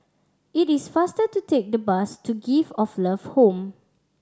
it is faster to take the bus to Gift of Love Home